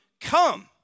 come